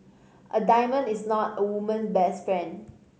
a diamond is not a woman's best friend